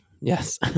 Yes